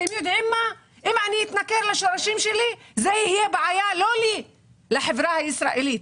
אם אתנכר לשורשים שלי זו לא בעיה שלי אלא של החברה האזרחית.